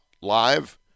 live